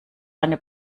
eine